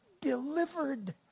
delivered